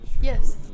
Yes